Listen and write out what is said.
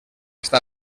està